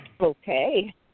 Okay